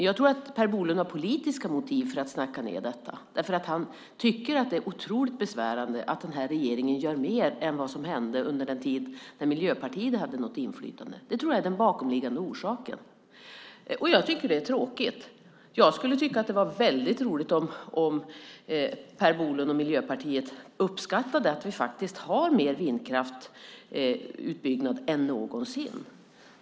Jag tror att Per Bolund har politiska motiv för att snacka ned detta. Han tycker att det är otroligt besvärande att den här regeringen gör mer än vad som hände under den tid när Miljöpartiet hade något inflytande. Jag tror att det är den bakomliggande orsaken. Jag tycker att det är tråkigt. Jag skulle tycka att det var väldigt roligt om Per Bolund och Miljöpartiet uppskattade att vi faktiskt har en större vindkraftsutbyggnad än någonsin.